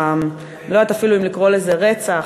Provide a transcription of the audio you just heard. אני לא יודעת אפילו אם לקרוא לזה רצח,